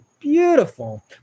beautiful